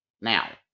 Now